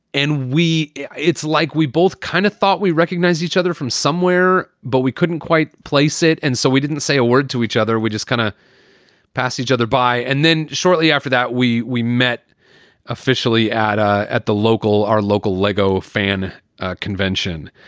and we it's like we both kind of thought we recognized each other from somewhere, but we couldn't quite place it. and so we didn't say a word to each other. we just kind of passage other by. and then shortly after that, we we met officially at ah at the local r local lego fan convention.